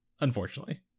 unfortunately